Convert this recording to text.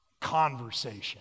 conversation